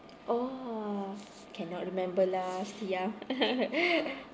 !wah! cannot remember lah still young